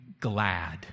glad